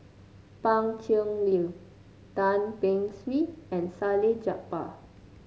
Pan Cheng Lui Tan Beng Swee and Salleh Japar